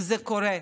וזה קורה.